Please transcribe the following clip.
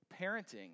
parenting